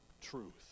truth